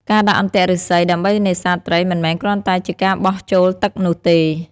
ការដាក់អន្ទាក់ឫស្សីដើម្បីនេសាទត្រីមិនមែនគ្រាន់តែជាការបោះចូលទឹកនោះទេ។